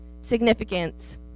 significance